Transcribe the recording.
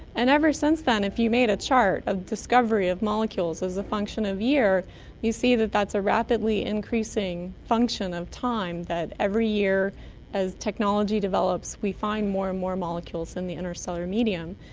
and ever since then, if you made a chart of discovery of molecules as a function of year you see that that's a rapidly increasing function of time, that every year as technology develops we find more and more molecules in the interstellar medium.